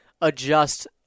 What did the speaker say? adjust